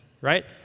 right